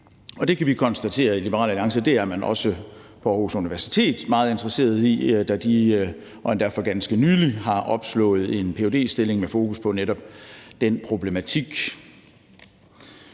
det kan vi i Liberal Alliance konstatere at man også på Aarhus Universitet er meget interesseret i, da de, og endda for ganske nylig, har opslået en ph.d.-stilling med fokus på netop den problematik.